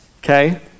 Okay